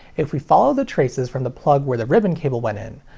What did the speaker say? if we follow the traces from the plug where the ribbon cable went in,